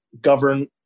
govern